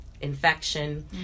infection